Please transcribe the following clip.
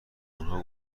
آنها